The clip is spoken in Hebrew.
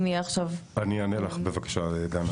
אני אענה לך דנה.